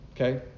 okay